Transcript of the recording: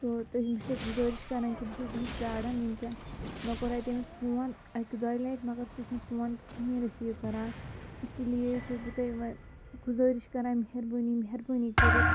تہٕ تۅہہِ بہٕ چھَس گُذٲرِش کَران کہِ بہٕ چھَس تٔمِس پرٛاران وُنکٮ۪ن مےٚ کوٚر اتہِ أمِس فون اَکہِ دۄیہِ لَٹہِ مگر سُہ چھُنہٕ فون کِہیٖنٛۍ رِٔسیٖو کَران اِسی لیے چھَس بہٕ تۄہہِ وۄنۍ گُذٲرِش کَران مہربٲنی مہربٲنی کٔرِتھ